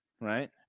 right